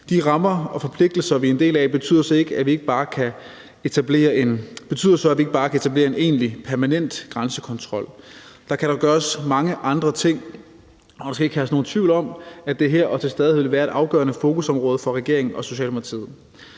De rammer og forpligtelser, vi er en del af, betyder så, at vi ikke bare kan etablere en egentlig permanent grænsekontrol. Der kan dog gøres mange andre ting, og der skal ikke herske nogen tvivl om, at det er og til stadighed vil være et afgørende fokusområde for regeringen og Socialdemokratiet.